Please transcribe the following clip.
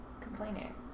complaining